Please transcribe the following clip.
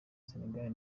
senegal